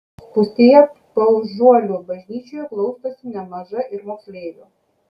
spūstyje paužuolių bažnyčioje glaustosi nemaža ir moksleivių